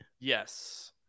Yes